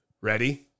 Ready